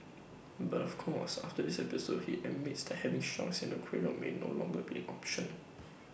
but of course after this episode he admits that having sharks in the aquarium may no longer be an option